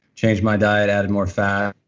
changed my diet, added more fat.